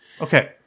Okay